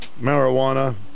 marijuana